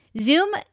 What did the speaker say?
Zoom